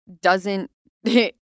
doesn't—it